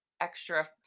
extra